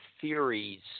theories